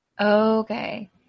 Okay